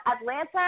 Atlanta